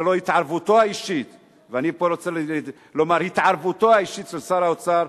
שללא התערבותו האישית ואני פה רוצה לומר: התערבותו האישית של שר האוצר,